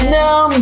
now